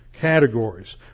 categories